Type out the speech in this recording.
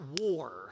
war